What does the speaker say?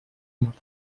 مرتبط